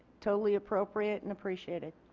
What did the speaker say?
totally appropriate and appreciated.